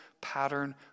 pattern